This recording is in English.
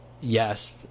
yes